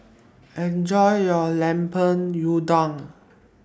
Enjoy your Lemper Udang